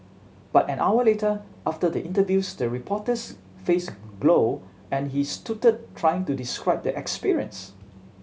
but an hour later after the interviews the reporter's face glow and he stuttered trying to describe the experience